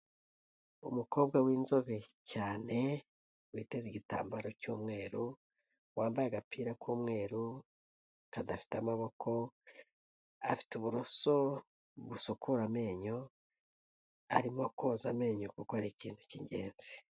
Umukobwa w'inzobe cyane, witeze igitambaro cy'umweru, wambaye agapira k'umweru, kadafite amaboko, afite uburoso busukura amenyo, arimo koza amenyo kuko ari ikintu cy'ingenzi.